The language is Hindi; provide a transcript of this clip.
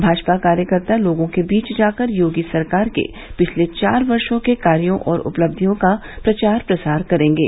भाजपा कार्यकर्ता लोगों के बीच जाकर योगी सरकार के पिछले चार वर्षो के कार्यो और उपलबियों का प्रचार प्रसार करेंगे